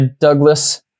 Douglas